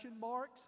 marks